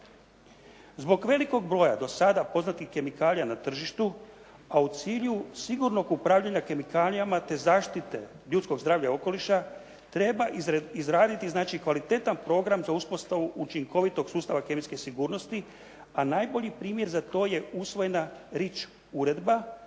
Zbog velikog broja do sada poznatih kemikalija na tržištu, a u cilju sigurnog upravljanja kemikalijama te zaštite ljudskog zdravlja i okoliša treba izraditi znači kvalitetan program za uspostavu učinkovitog sustava kemijske sigurnosti, a najbolji primjer za to je usvojena «Rich» uredba